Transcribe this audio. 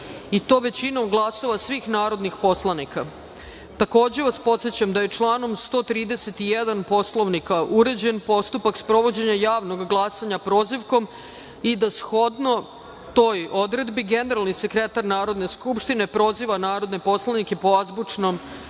i to većinom glasova svih narodnih poslanika. Takođe vas podsećam da je članom 131. Poslovnika uređen postupak sprovođenja javnog glasanja prozivkom i da shodno toj odredbi generalni sekretar Narodne skupštine proziva narodne poslanike po azbučnom